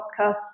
podcast